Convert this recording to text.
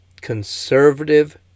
conservative